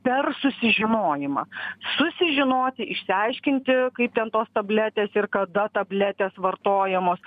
per susižinojimą susižinoti išsiaiškinti kaip ten tos tabletės ir kada tabletės vartojamos